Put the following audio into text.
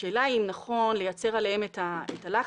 השאלה היא אם נכון לייצר עליהם את הלחץ